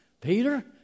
Peter